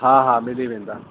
हा हा मिली वेंदा